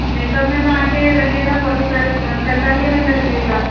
makeup में तव्हांखे लॻी वेंदा फोर्टी फाइव पंजतालीह मिंट लॻी वेंदा